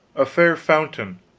a fair fountain,